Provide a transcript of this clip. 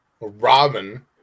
Robin